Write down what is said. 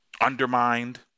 undermined